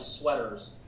sweaters